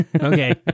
Okay